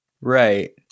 right